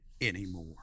anymore